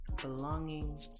belonging